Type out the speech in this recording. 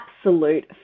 absolute